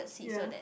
ya